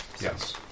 Yes